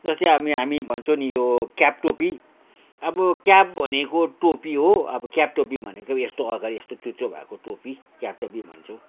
जस्तै हामी हामी भन्छौँ नि यो क्याप टोपी अब क्याप भनेको टोपी हो अब क्याप टोपी भनेको यस्तो अगाडि यस्तो चुच्चो भएको टोपी क्याप टोपी भन्छौँ